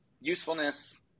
usefulness